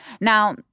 Now